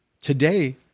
today